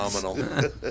phenomenal